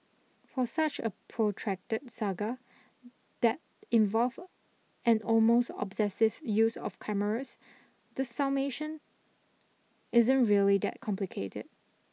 for such a protracted saga that involved an almost obsessive use of cameras the summation isn't really that complicated